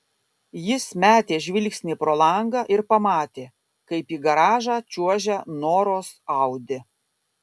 jis metė žvilgsnį pro langą ir pamatė kaip į garažą čiuožia noros audi